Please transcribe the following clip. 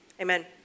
amen